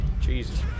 Jesus